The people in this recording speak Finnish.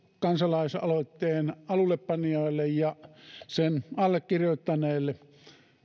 kansalais aloitteen alullepanijoille ja sen allekirjoittaneille